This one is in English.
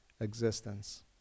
existence